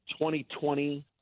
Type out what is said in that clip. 2020